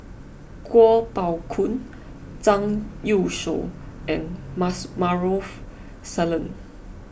Kuo Pao Kun Zhang Youshuo and Maarof Salleh